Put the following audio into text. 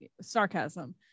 sarcasm